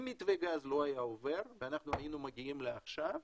אם מתווה הגז לא היה עובר והיינו מגיעים לעכשיו,